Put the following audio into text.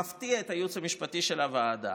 מפתיע את הייעוץ המשפטי של הוועדה,